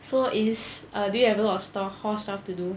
so it's err do you have a lot of stall hall stuff to do